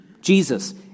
Jesus